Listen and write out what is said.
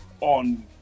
on